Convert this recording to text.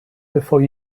before